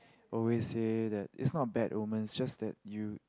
always say that is not a bad omen just that you